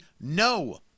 no